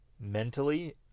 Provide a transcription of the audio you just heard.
mentally